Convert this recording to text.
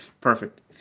perfect